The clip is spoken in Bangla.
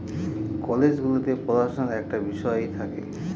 কলেজ গুলোতে পড়াশুনার একটা বিষয় থাকে